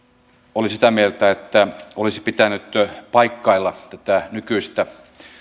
oli sitä mieltä että olisi pitänyt paikkailla tätä nykyistä